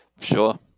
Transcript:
Sure